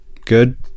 good